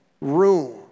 room